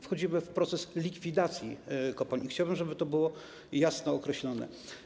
Wchodzimy w proces likwidacji kopalń i chciałbym, żeby to było jasno określone.